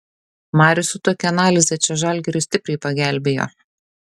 marius su tokia analize čia žalgiriui stipriai pagelbėjo